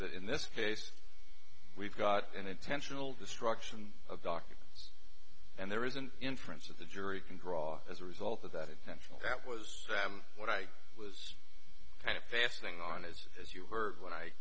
that in this case we've got an intentional destruction of documents and there is an inference that the jury can draw as a result of that intentional that was what i was kind of fastening on is as you heard when i